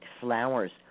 flowers